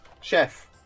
chef